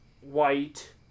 white